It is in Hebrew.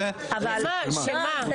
הסעיף.